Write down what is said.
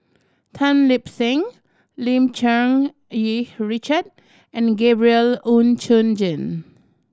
Tan Lip Seng Lim Cherng Yih Richard and Gabriel Oon Chong Jin